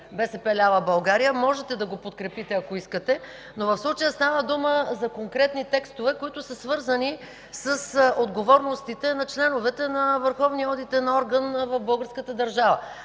„БСП лява България”. Ако искате, можете да го подкрепите. В случая става дума за конкретни текстове, които са свързани с отговорностите на членовете на върховния одитен орган в българската държава.